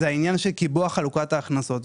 הוא קיבוע חלוקת ההכנסות.